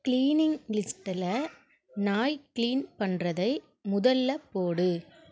cleaning லிஸ்ட்டில் நாய் clean பண்ணுறதை முதலில் போடு